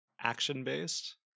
action-based